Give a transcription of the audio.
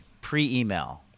pre-email